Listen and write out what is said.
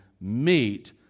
meet